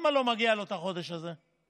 למה לא מגיע לו החודש הזה?